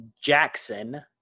Jackson